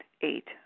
Eight